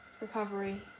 recovery